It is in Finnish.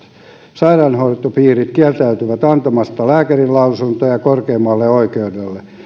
sairaanhoitopiirit kieltäytyvät antamasta lääkärinlausuntoja korkeimmalle oikeudelle